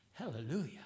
Hallelujah